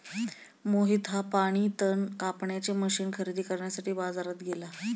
मोहित हा पाणी तण कापण्याचे मशीन खरेदी करण्यासाठी बाजारात गेला